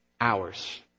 hours